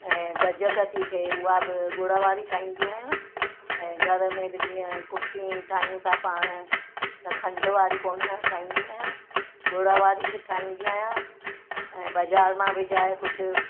ऐं गजक थी थिए उहा बि गुड़ वारी खाईंदी आहियां ऐं घर में बि जीअं कुटी ठाहियूं था पाण त खंड वारी कोन ठाहींदी आहियां गुड़ वारी ठाहींदी आहियां ऐं बाज़ारि मां विझाए कुझु